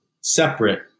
separate